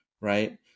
right